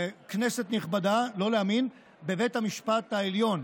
כנסת נכבדה, לא להאמין, בבית המשפט העליון,